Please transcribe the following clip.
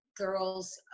girls